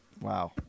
Wow